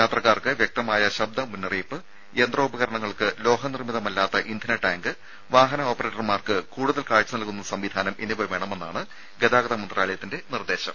യാത്രക്കാർക്ക് വ്യക്തമായ ശബ്ദ മുന്നറിയിപ്പ് യന്ത്രോപകരണങ്ങൾക്ക് ലോഹ നിർമ്മിതമല്ലാത്ത ഇന്ധന ടാങ്ക് വാഹന ഓപ്പറേറ്റർമാർക്ക് കൂടുതൽ കാഴ്ച നൽകുന്ന സംവിധാനം എന്നിവ വേണമെന്നാണ് ഗതാഗത മന്ത്രാലയത്തിന്റെ നിർദ്ദേശം